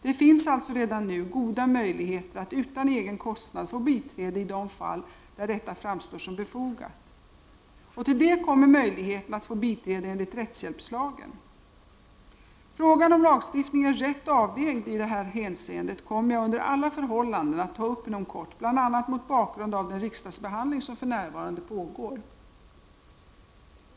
Det finns alltså redan nu goda möjligheter att utan egen kostnad få biträde i de fall där detta framstår som befogat. Till detta kommer möjligheten att få biträde enligt rättshjälpslagen. Frågan om lagstiftningen är rätt avvägd i det här hänseendet kommer jag under alla förhållanden att ta upp inom kort, bl.a. mot bakgrund av den riksdagsbehandling som för närvarande pågår.